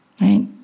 Right